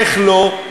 איך לא,